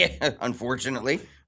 unfortunately